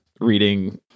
reading